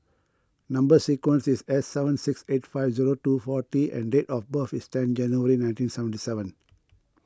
Number Sequence is S seven six eight five zero two four T and date of birth is ten January nineteen seventy seven